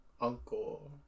uncle